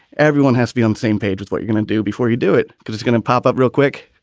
everyone has to be on the same page with what you gonna do before you do it because it's gonna pop up real quick.